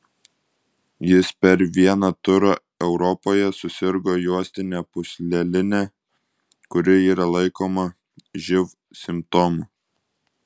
jis per vieną turą europoje susirgo juostine pūsleline kuri yra laikoma živ simptomu